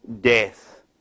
death